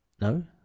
No